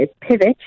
pivot